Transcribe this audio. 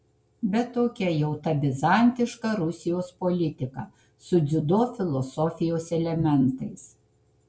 bet tokia jau ta bizantiška rusijos politika su dziudo filosofijos elementais